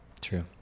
true